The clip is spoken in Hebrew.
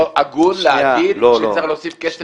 הגון להגיד שצריך להוסיף כסף לחיילים?